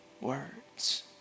words